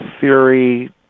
theory